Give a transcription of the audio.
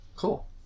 Cool